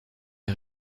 les